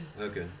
Okay